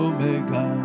Omega